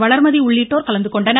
வளர்மதி உள்ளிட்டோர் கலந்துகொண்டனர்